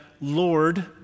Lord